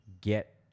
get